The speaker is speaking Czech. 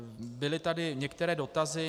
Byly tady některé dotazy.